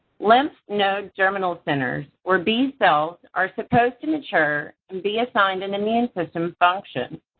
lymph node germinal centers, or b cells, are supposed to mature and be assigned and immune system function,